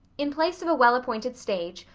in place of a well-appointed stage,